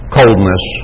coldness